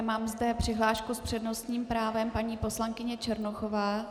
Mám zde přihlášku s přednostním právem paní poslankyně Černochová.